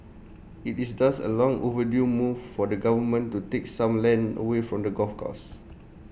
IT is thus A long overdue move for the government to take some land away from the golf courses